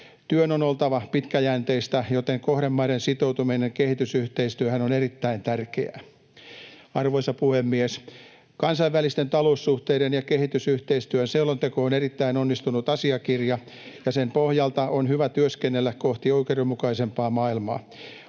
Työn on oltava pitkäjänteistä, joten kohdemaiden sitoutuminen kehitysyhteistyöhön on erittäin tärkeää. Arvoisa puhemies! Kansainvälisten taloussuhteiden ja kehitysyhteistyön selonteko on erittäin onnistunut asiakirja, ja sen pohjalta on hyvä työskennellä kohti oikeudenmukaisempaa maailmaa.